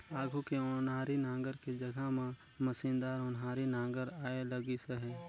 आघु के ओनारी नांगर के जघा म मसीनदार ओन्हारी नागर आए लगिस अहे